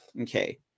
Okay